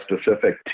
specific